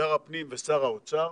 שר הפנים ושר האוצר,